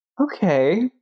Okay